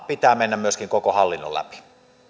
pitää mennä myöskin koko hallinnon läpi